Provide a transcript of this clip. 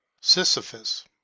Sisyphus